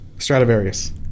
Stradivarius